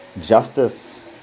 justice